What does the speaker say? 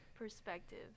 perspective